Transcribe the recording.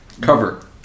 cover